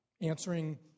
Answering